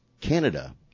Canada